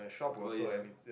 oh ya